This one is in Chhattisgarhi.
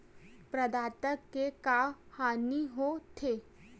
प्रदाता के का हानि हो थे?